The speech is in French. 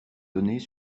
données